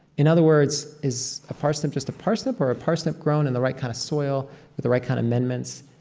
in other words, is a parsnip just a parsnip or a parsnip grown in the right kind of soil with the right kind of amendments?